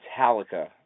Metallica